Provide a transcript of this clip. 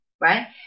right